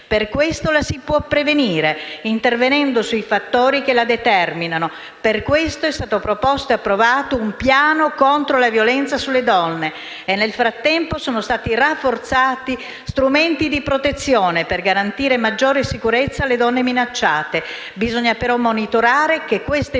Per questo la si può prevenire, intervenendo sui fattori che la determinano. Per questo è stato proposto e approvato un piano contro la violenza sulle donne e nel frattempo sono stati rafforzati strumenti di protezione, per garantire maggiore sicurezza alle donne minacciate. Bisogna, però, monitorare che queste misure